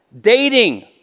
dating